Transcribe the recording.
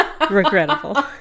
Regrettable